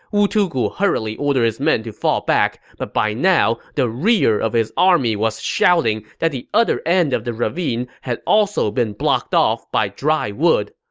wu tugu hurriedly ordered his men to fall back, but by now, the rear of his army was shouting that the other end of the ravine had also been blocked off by dry wood.